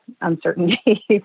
uncertainty